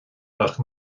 ach